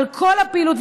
על כל הפעילות,